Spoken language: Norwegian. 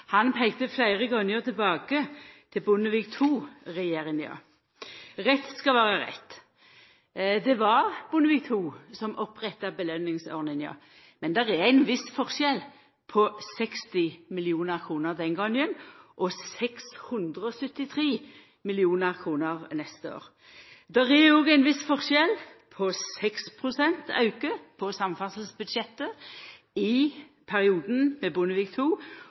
Han peikte fleire gonger tilbake til Bondevik II-regjeringa. Rett skal vera rett: Det var Bondevik II som oppretta belønningsordninga, men det er ein viss forskjell på 60 mill. kr, som det var den gongen, og 673 mill. kr, som det er neste år. Det er òg ein viss forskjell på 6 pst. auke på samferdselsbudsjettet i perioden med Bondevik